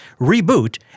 reboot